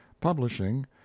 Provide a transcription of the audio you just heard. publishing